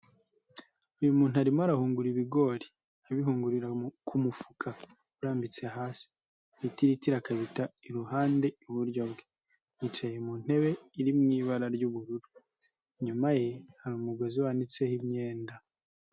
Uyu muntu arimo arahungura ibigori abihungurira ku mufuka urambitse hasi, ibitiritiri akabita iruhande, iburyo bwe yicaye mu ntebe iri mu ibara ry'ubururu, inyuma ye hari umugozi umanitseho imyenda.